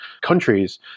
countries